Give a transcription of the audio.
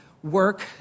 work